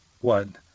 one